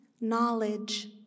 knowledge